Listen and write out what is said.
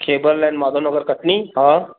खेबर line Madhav Nagar Katni आ हा